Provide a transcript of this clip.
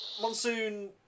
Monsoon